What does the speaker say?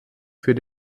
für